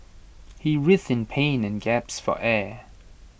he writhed in pain and gasped for air